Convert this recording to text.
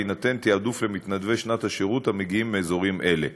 ותהיה העדפה של מתנדבי שנת השירות המגיעים מאזורים אלו.